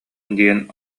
диэн